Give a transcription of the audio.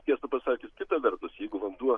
tiesą pasakius kita vertus jeigu vanduo